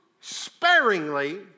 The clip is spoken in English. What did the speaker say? sparingly